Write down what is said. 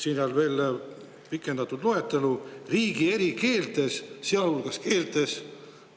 siin on veel pikem loetelu –, viiakse läbi riigi eri keeltes, sealhulgas keeltes,